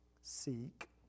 seek